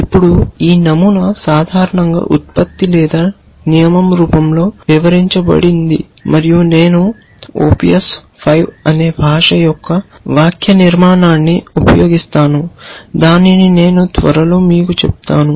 ఇప్పుడు ఈ నమూనా సాధారణంగా ఉత్పత్తి లేదా నియమం రూపంలో వివరించబడింది మరియు నేను OPIUS 5 అనే భాష యొక్క వాక్యనిర్మాణాన్ని ఉపయోగిస్తాను దానిని నేను త్వరలో మీకు చెప్తాను